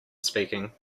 speaking